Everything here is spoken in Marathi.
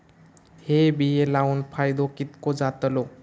हे बिये लाऊन फायदो कितको जातलो?